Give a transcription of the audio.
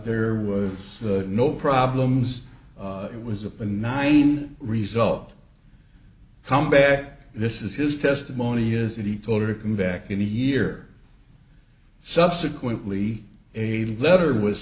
there was no problems it was a and nine result come back this is his testimony is that he told her come back in a year subsequently a letter was